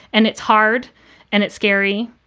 and it's hard and it's scary.